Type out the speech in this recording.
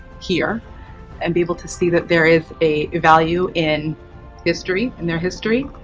here and be able to see that there is a value in history, in their history.